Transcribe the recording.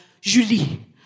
Julie